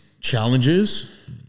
challenges